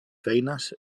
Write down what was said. feines